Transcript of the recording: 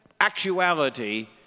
actuality